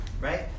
right